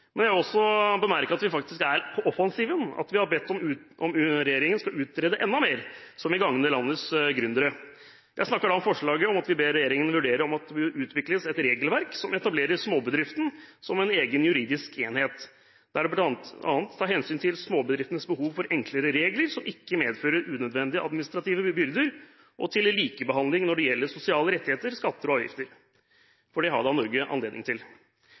Men jeg vil bemerke at vi faktisk er på offensiven og har bedt regjeringen utrede enda mer som vil gagne landets gründere. Jeg snakker da om forslaget der vi ber regjeringen vurdere om det bør utvikles et regelverk som etablerer småbedriften som en egen juridisk enhet, der det bl.a. skal tas hensyn til småbedriftenes behov for enklere regler, som ikke medfører unødvendige administrative byrder, og likebehandling når det gjelder sosiale rettigheter, skatter og avgifter. Det har Norge anledning til.